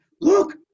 Look